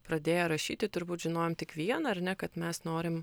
pradėję rašyti turbūt žinojom tik viena ar ne kad mes norime